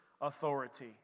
authority